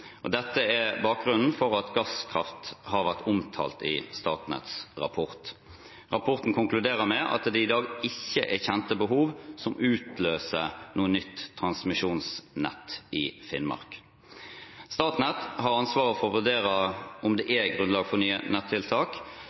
Dette er bakgrunnen for at gasskraft har vært omtalt i Statnetts rapport. Rapporten konkluderer med at det i dag ikke er kjente behov som utløser noe nytt transmisjonsnett i Finnmark. Statnett har ansvaret for å vurdere om det er grunnlag for nye nettiltak.